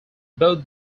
both